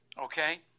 Okay